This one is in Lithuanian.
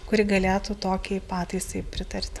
kuri galėtų tokiai pataisai pritarti